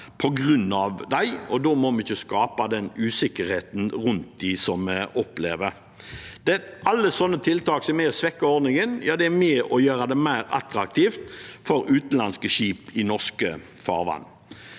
på grunn av dem, og da må vi ikke skape den usikkerheten rundt dem som vi opplever. Alle sånne tiltak som er med på å svekke ordningen, er med på å gjøre det mer attraktivt for utenlandske skip i norske farvann.